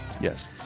Yes